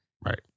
right